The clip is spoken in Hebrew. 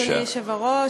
אדוני היושב-ראש,